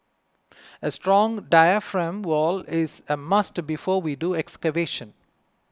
a strong diaphragm wall is a must before we do excavation